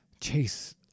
chase